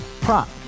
Prop